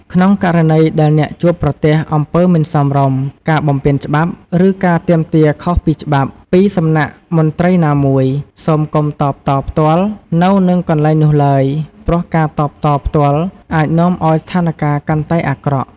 ក្នុងករណីដែលអ្នកជួបប្រទះ អំពើមិនសមរម្យ ការបំពានច្បាប់ ឬការទាមទារខុសពីច្បាប់ ពីសំណាក់មន្ត្រីណាមួយ សូមកុំតបតផ្ទាល់ នៅនឹងកន្លែងនោះឡើយ ព្រោះការតបតផ្ទាល់អាចនាំឱ្យស្ថានការណ៍កាន់តែអាក្រក់។